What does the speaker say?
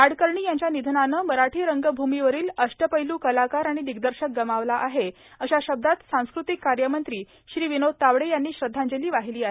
नाडकर्णी यांच्या निधनानं मराठी रंगभूमीवरील अष्टपैल् कलाकार दिग्दर्शक गमावला आहे अशा शब्दांत सांस्कृतिक कार्यमंत्री श्री विनोद तावडे यांनी श्रद्धांजली वाहिली आहे